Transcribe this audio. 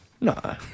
No